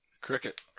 Cricket